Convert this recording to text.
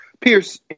Pierce